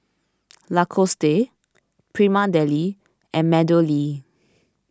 Lacoste Prima Deli and MeadowLea